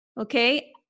okay